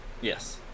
Yes